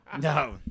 No